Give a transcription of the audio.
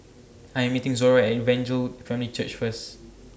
I'm meeting Zora At Evangel Family Church First